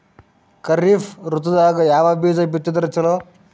ಖರೀಫ್ ಋತದಾಗ ಯಾವ ಬೀಜ ಬಿತ್ತದರ ಚಲೋ?